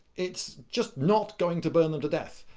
it's just not going to burn them to death!